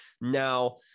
now